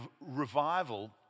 revival